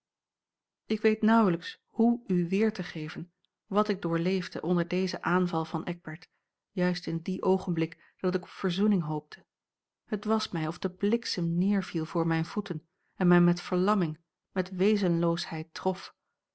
ik weet nauwelijks hoe u weer te geven wat ik doorleefde onder dezen aanval van eckbert juist in dien oogenblik dat ik op verzoening hoopte het was mij of de bliksem neerviel voor a l g bosboom-toussaint langs een omweg mijne voeten en mij met verlamming met wezenloosheid trof